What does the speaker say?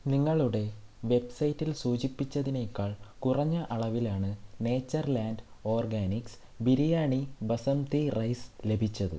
നിങ്ങളുടെ വെബ്സൈറ്റിൽ സൂചിപ്പിച്ചതിനേക്കാൾ കുറഞ്ഞ അളവിലാണ് Nature Land Organics biryani basmati rice ലഭിച്ചത്